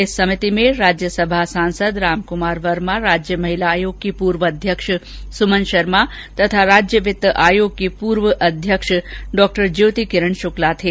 इस समिति में राज्यसभा सांसद रामकुमार वर्मा राज्य महिला आयोग की पूर्व अध्यक्ष सुमन शर्मा तथा राज्य वित्त आयोग की पूर्व अध्यक्ष डॉ ज्योति किरण शुक्ला थे